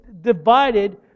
divided